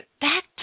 back